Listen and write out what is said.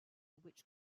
which